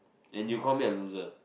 then you call me a loser